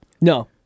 No